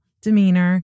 demeanor